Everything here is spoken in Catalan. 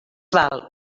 val